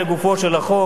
לגופו של החוק,